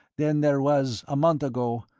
then there was, a month ago,